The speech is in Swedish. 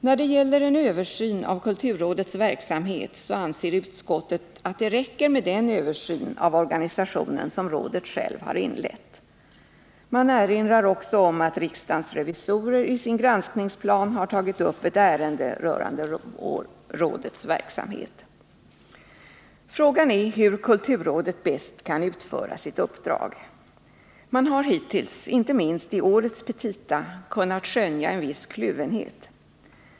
När det gäller en översyn av kulturrådets verksamhet anser utskottet att det räcker med den översyn av organisationen som rådet själv har inlett. Man erinrar också om att riksdagens revisorer i sin granskningsplan har tagit upp ett ärende rörande rådets verksamhet. Frågan är hur kulturrådet bäst kan utföra sitt uppdrag. Man har hittills, inte minst i årets petita, kunnat skönja en viss kluvenhet.